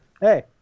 hey